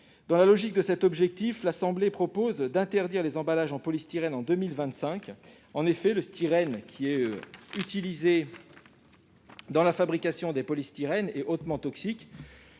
Dans la logique de cet objectif, l'Assemblée nationale propose d'interdire les emballages en polystyrène en 2025. En effet, le styrène, qui est utilisé dans la fabrication des polystyrènes, est hautement toxique